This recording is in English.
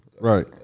right